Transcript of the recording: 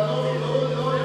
אבל לא,